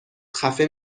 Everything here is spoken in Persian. خفه